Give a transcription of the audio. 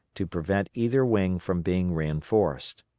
to prevent either wing from being reinforced.